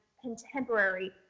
contemporary